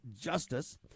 justice